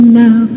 now